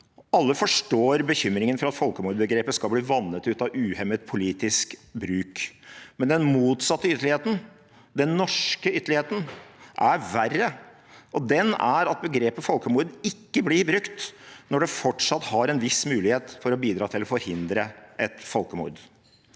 Alle forstår bekymringen for at folkemordbegrepet skal bli vannet ut av uhemmet politisk bruk, men den motsatte ytterligheten – den norske ytterligheten – er verre. Den er at begrepet folkemord ikke blir brukt når det fortsatt har en viss mulighet til å bidra til å forhindre et folkemord.